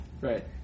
Right